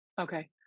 Okay